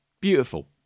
beautiful